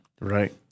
Right